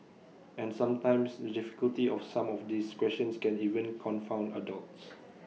and sometimes the difficulty of some of these questions can even confound adults